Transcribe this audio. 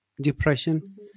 depression